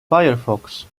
firefox